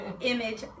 Image